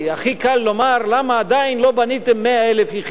הכי קל לומר: למה עדיין לא בניתם 100,000 יחידות?